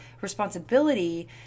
responsibility